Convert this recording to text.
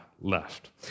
left